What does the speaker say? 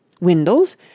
Windles